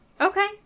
Okay